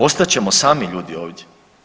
Ostat ćemo sami ljudi ovdje.